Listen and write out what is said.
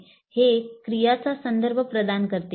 हे क्रियांचा संदर्भ प्रदान करते